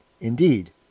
Indeed